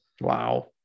Wow